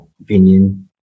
opinion